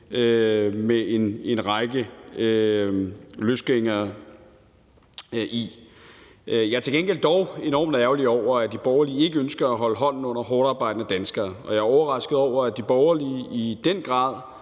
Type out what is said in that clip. mellem en række løsgængere. Jeg er til gengæld dog enormt ærgerlig over, at de borgerlige ikke ønsker at holde hånden under hårdtarbejdende danskere, og jeg er overrasket over, at de borgerlige i den grad,